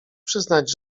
przyznać